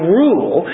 rule